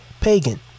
pagan